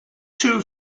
two